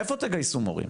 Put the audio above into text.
איפה תגייסו מורים?